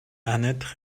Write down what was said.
annette